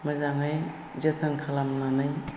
मोजाङै जोथोन खालामनानै